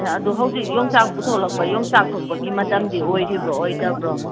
ꯑꯗꯨ ꯍꯧꯖꯤꯛ ꯌꯣꯡꯆꯥꯛ ꯄꯨꯊꯣꯂꯛꯄ ꯌꯣꯡꯆꯥꯛ ꯄꯨꯊꯣꯛꯄꯒꯤ ꯃꯇꯝꯗꯤ ꯑꯣꯏꯔꯤꯕ꯭ꯔꯣ ꯑꯣꯏꯗꯕ꯭ꯔꯣ